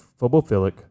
phobophilic